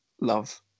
love